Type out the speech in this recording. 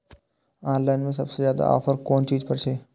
Online में सबसे ज्यादा ऑफर कोन चीज पर छे?